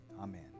Amen